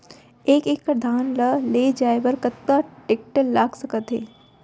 एक एकड़ धान ल ले जाये बर कतना टेकटर लाग सकत हे?